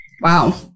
Wow